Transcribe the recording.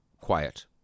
quiet